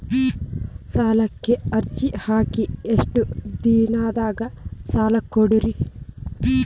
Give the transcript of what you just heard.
ಸಾಲಕ ಅರ್ಜಿ ಹಾಕಿ ಎಷ್ಟು ದಿನದಾಗ ಸಾಲ ಕೊಡ್ತೇರಿ?